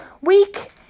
week